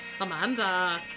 amanda